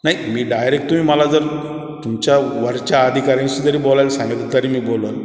नाही मी डायरेक्ट तुम्ही मला जर तुमच्या वरच्या आधिकाऱ्यांशी जरी बोलायला सांगितलं तरी मी बोलेल